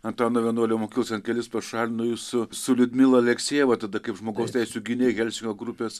antano vienuolio mokyklos ten kelis pašalino jūs su liudmila aleksejeva tada kaip žmogaus teisių gynėjai helsinkio grupės